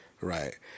right